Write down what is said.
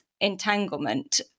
entanglement